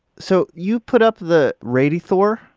so, you put up the radithor?